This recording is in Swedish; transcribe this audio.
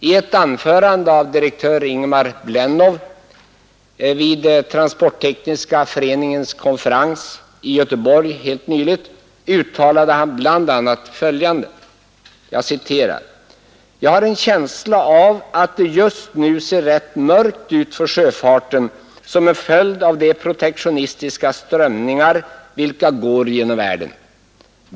I ett anförande vid Transporttekniska föreningens konferens i Göteborg nyligen uttalande direktör Ingemar Blennow bl.a. följande: ”Jag har en känsla av, att det just nu ser rätt mörkt ut för sjöfarten som en följd av de protektionistiska strömningar, vilka går genom världen.